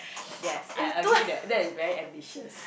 yes I agree that that is very ambitious